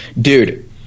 dude